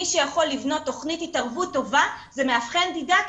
מי שיכול לבנות תכנית התערבות טובה זה מאבחן דידקטי.